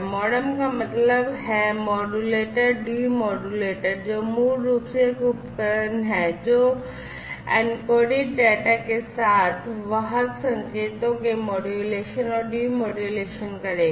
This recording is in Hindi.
MODEM का मतलब है Modulator Demodulator जो मूल रूप से एक उपकरण है जो एन्कोडेड डेटा के साथ वाहक संकेतों के मॉड्यूलेशन और डिमोड्यूलेशन करेगा